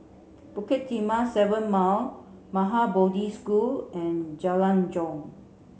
Bukit Timah Seven Mile Maha Bodhi School and Jalan Jong